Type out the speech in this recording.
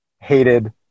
hated